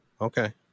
Okay